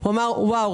אני לא יודע מה